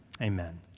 amen